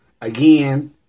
Again